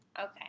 Okay